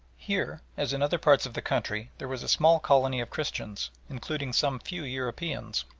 here as in other parts of the country there was a small colony of christians, including some few europeans,